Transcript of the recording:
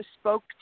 spoke